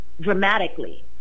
dramatically